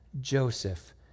Joseph